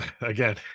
again